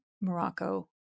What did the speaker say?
Morocco